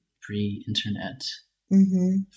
pre-internet